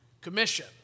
commission